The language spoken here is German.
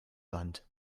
wand